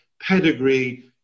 pedigree